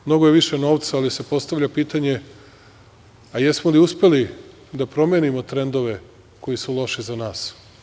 Mnogo je više novca, ali se postavlja pitanje - a jesmo li uspeli da promenimo trendove koji su loši za nas?